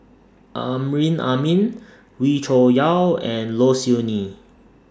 Amrin Amin Wee Cho Yaw and Low Siew Nghee